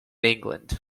england